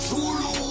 Zulu